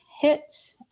hit